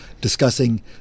discussing